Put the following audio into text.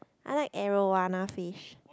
I like Arowana fish